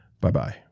Bye-bye